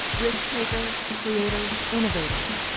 risk takers, creators, innovators,